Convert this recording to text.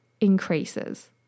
increases